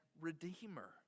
redeemer